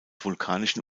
vulkanischen